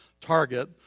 target